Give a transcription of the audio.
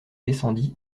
descendit